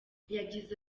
yagize